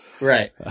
Right